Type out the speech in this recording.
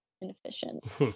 inefficient